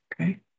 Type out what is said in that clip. Okay